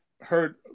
heard